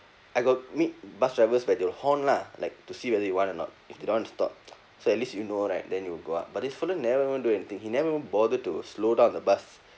I got meet bus drivers but they will horn lah like to see whether you want or not if they don't want to stop so at least you know right then you will go up but this fella never even do anything he never even bother to slow down the bus